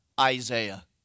Isaiah